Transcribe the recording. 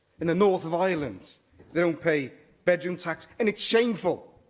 in the north of ireland they don't pay bedroom tax. and it's shameful.